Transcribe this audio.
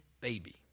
baby